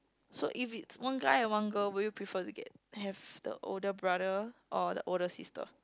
so if it's one guy and one girl will you prefer to get have the older brother or the older sister